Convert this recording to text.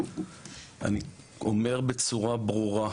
אני אומר בצורה ברורה,